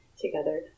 together